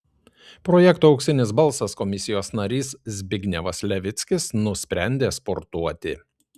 projekto auksinis balsas komisijos narys zbignevas levickis nusprendė sportuoti